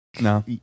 no